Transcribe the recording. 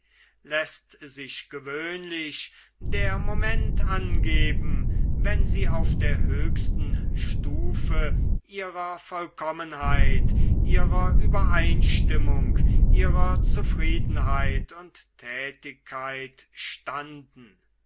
läßt sich gewöhnlich der moment angeben wenn sie auf der höchsten stufe ihrer vollkommenheit ihrer übereinstimmung ihrer zufriedenheit und tätigkeit standen